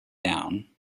down